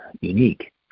unique